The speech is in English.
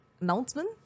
announcement